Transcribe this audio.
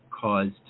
caused